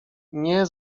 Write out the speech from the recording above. nie